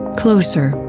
closer